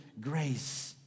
grace